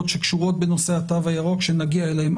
שקשורות בנושא התו הירוק שנגיע אליהן.